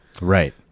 right